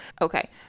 Okay